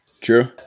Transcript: True